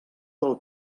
del